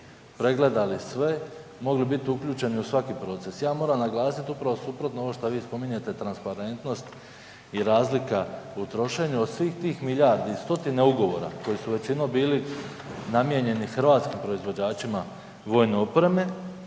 pregledali sve, mogli biti uključeni u svaki proces. Ja moram naglasiti upravo suprotno ovo što vi spominjete transparentnost i razlika u trošenju, od svih tih milijardi i stotine ugovora koji su većinom bili namijenjeni hrvatskim proizvođačima vojne opreme